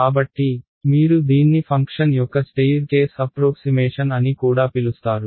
కాబట్టి మీరు దీన్ని ఫంక్షన్ యొక్క స్టెయిర్ కేస్ అప్ప్రోక్సిమేషన్ అని కూడా పిలుస్తారు